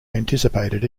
anticipated